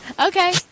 Okay